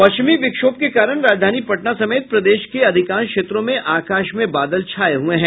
पश्चिमी विक्षोभ के कारण राजधानी पटना समेत प्रदेश के अधिकांश क्षेत्रों में आकाश में बादल छाये हये हैं